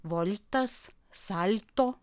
voltas salto